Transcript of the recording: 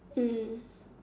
mm